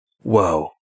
Whoa